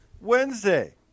Wednesday